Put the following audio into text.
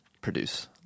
produce